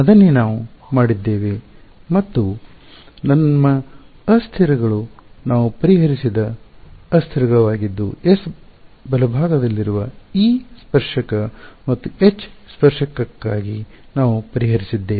ಅದನ್ನೇ ನಾವು ಮಾಡಿದ್ದೇವೆ ಮತ್ತು ನಮ್ಮ ಅಸ್ಥಿರಗಳು ನಾವು ಪರಿಹರಿಸಿದ ಅಸ್ಥಿರಗಳಾಗಿದ್ದು S ಬಲಭಾಗದಲ್ಲಿರುವ E ಸ್ಪರ್ಶಕ ಟ್ಯಾಂಜನ್ಸಿಯಲ್ ಮತ್ತು H ಸ್ಪರ್ಶಕಕ್ಕಾಗಿ ನಾವು ಪರಿಹರಿಸಿದ್ದೇವೆ